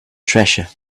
treasure